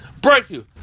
breakthrough